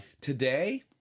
today